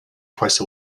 twice